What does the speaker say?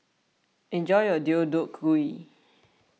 enjoy your Deodeok Gui